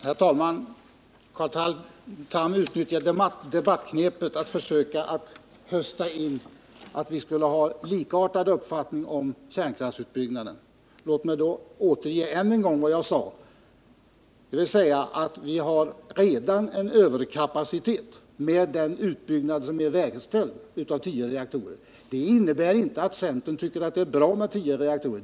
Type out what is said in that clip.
Herr talman! Carl Tham utnyttjar debattknepet att försöka låta påskina att vi skulle ha likartad uppfattning om kärnkraftsutbyggnaden. Låt mig än en gång återge vad jag sade, nämligen att vi redan har en överkapacitet med den utbyggnad av tio reaktorer som är gjord. Det innebär inte att centern tycker att det är bra med tio reaktorer.